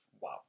wow